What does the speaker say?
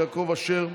יעקב אשר,